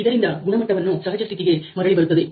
ಇದರಿಂದ ಗುಣಮಟ್ಟವನ್ನು ಸಹಜ ಸ್ಥಿತಿಗೆ ಮರಳಿ ಬರುತ್ತದೆ